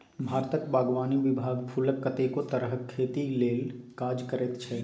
भारतक बागवानी विभाग फुलक कतेको तरहक खेती लेल काज करैत छै